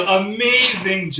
amazing